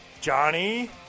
Johnny